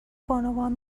بانوان